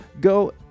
go